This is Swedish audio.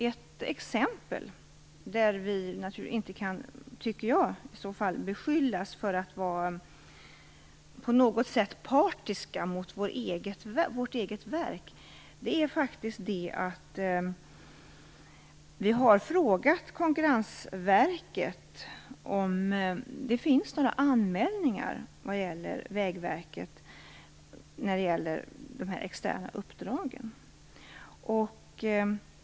Jag vill ta upp ett exempel på när vi inte kan beskyllas för att på något sätt vara partiska gentemot vårt eget verk. Vi har frågat Konkurrensverket om det finns några anmälningar angående Vägverket och de externa uppdragen.